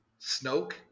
Snoke